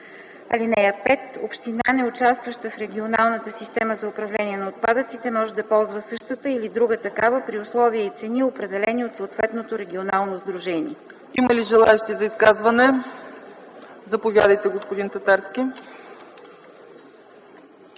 (5) Община, неучастваща за регионалната система за управление на отпадъците, може да ползва същата или друга такава при условия и цени, определени от съответното регионално сдружение.” ПРЕДСЕДАТЕЛ ЦЕЦКА ЦАЧЕВА: Има ли желаещи за изказване? Заповядайте, господин Татарски.